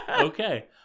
Okay